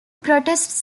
protests